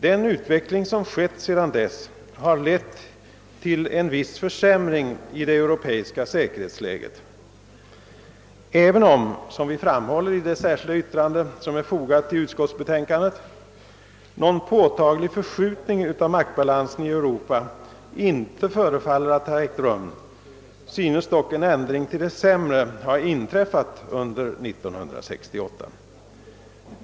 Den utveckling som ägt rum sedan dess har medfört en viss försämring i det europeiska säkerhetsläget. även om — som vi framhåller i det särskilda yttrande som vi fogat till utskottsbetänkandet — någon påtaglig förskjutning av maktbalansen i Europa inte förefaller att ha ägt rum, synes dock en ändring till det sämre ha inträffat under 1968.